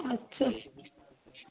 আচ্ছা